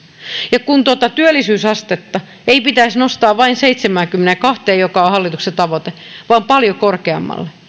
ja tuota työllisyysastetta ei pitäisi nostaa vain seitsemäänkymmeneenkahteen joka on hallituksen tavoite vaan paljon korkeammalle